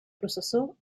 processó